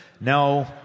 no